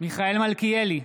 מיכאל מלכיאלי,